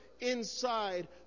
inside